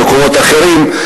במקומות אחרים,